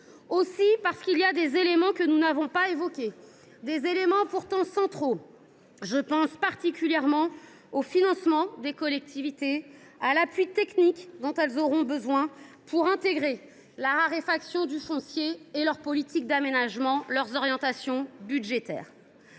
part, parce qu’il reste des éléments que nous n’avons pas évoqués, lesquels sont pourtant centraux : je pense particulièrement au financement des collectivités et à l’appui technique dont elles auront besoin pour intégrer la raréfaction du foncier à leurs politiques d’aménagement et à leurs orientations budgétaires.